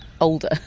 older